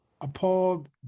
appalled